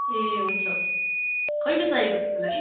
ए हुन्छ हुन्छ कहिले चाहिएको तपाईँलाई